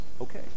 Okay